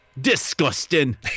Disgusting